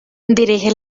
dirige